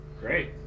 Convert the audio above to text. great